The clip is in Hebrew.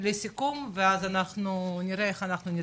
וסיכום ואז אנחנו ניראה איך אנחנו נתקדם.